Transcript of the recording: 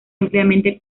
ampliamente